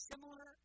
Similar